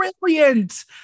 Brilliant